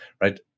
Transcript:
right